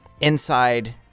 inside